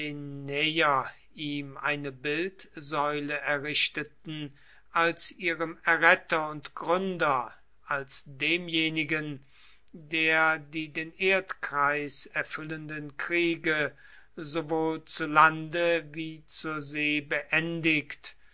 ihm eine bildsäule errichteten als ihrem erretter und gründer als demjenigen der die den erdkreis erfüllenden kriege sowohl zu lande wie zur see beendigt